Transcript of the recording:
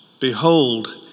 Behold